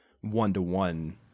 one-to-one